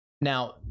Now